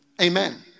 Amen